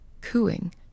cooing